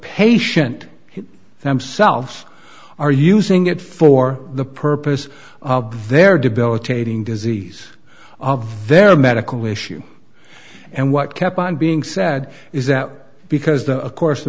patient themselves are using it for the purpose of their debilitating disease their medical issue and what kept on being said is that because the of course the